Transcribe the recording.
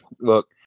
Look